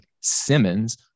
Simmons